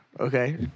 Okay